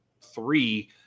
three